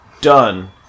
done